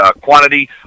quantity